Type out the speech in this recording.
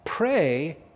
Pray